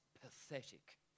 pathetic